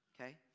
Okay